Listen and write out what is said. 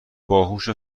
باهوشو